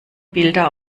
bilder